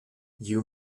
you